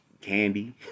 Candy